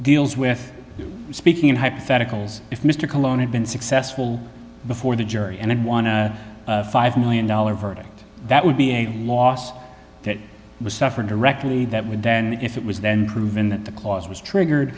deals with speaking in hypotheticals if mr cologne had been successful before the jury and won a five million dollars verdict that would be a loss that was suffered directly that would then if it was then proven that the clause was triggered